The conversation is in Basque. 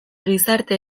gizarte